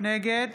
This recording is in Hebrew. נגד